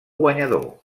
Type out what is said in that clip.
guanyador